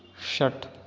षट्